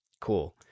Cool